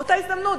באותה הזדמנות,